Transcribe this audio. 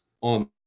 on